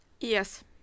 yes